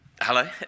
Hello